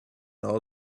all